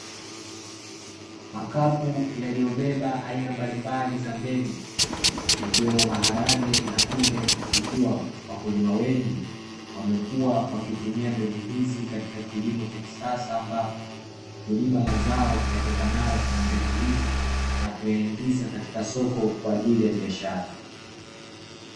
Makapu yaliyobeba aina mbali mbali za mbegu, yakiwemo maharage na kunde, ikiwa wakulima wengi wamekuwa wakitumia mbegu hizi katika kilimo cha kisasa, ambapo hulima mazao yatokanayo na mbegu hizi na kuyaingiza katika soko kwa ajili ya biashara.